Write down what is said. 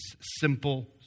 simple